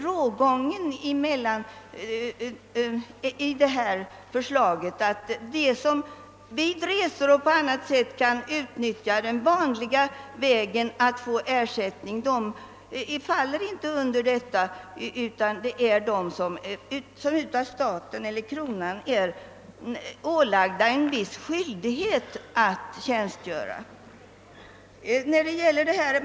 Rågången går alltså i det framlagda förslaget mellan dem som vid resor och i andra sammanhang kan få ersättning i vanlig ordning och dem som av kronan är ålagda en viss tjänstgöringsskyldighet. I det förra fallet gäller inte det nu föreslagna skyddet.